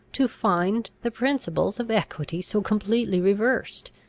to find the principles of equity so completely reversed,